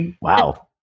Wow